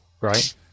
right